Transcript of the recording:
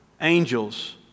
angels